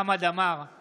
בעד צביקה